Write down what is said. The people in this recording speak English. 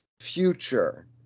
future